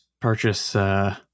purchase